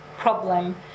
problem